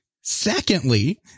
secondly